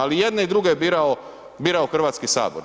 Ali i jedne i druge je birao Hrvatski sabor.